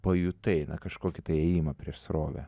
pajutai na kažkokį ėjimą prieš srovę